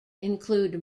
include